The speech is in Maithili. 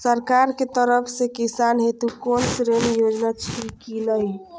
सरकार के तरफ से किसान हेतू कोना ऋण योजना छै कि नहिं?